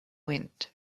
wind